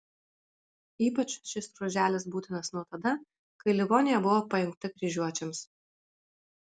ypač šis ruoželis būtinas nuo tada kai livonija buvo pajungta kryžiuočiams